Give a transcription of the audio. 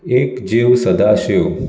एक जीव सदा शिव